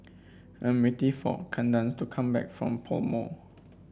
I'm waiting for Kandace to come back from PoMo